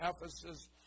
Ephesus